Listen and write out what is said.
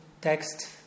text